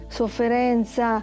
sofferenza